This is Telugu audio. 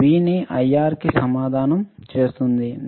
V ని IR కి సమానం చేస్తుంది